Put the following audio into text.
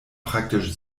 praktisch